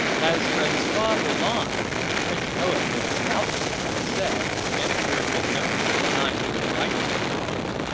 as francois villon, the french poet would undoubtedly have said had manicures been known at the time he was writing his poems,